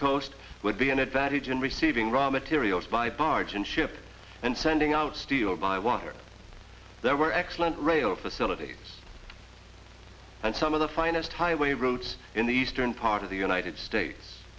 coast would be an advantage in receiving raw materials by barge and ship and sending out the or by water there were excellent rail facilities and some of the finest highway routes in the eastern part of the united states